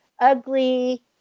ugly